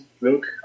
look